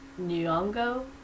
Nyong'o